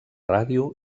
ràdio